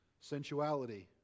sensuality